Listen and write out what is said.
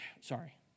Sorry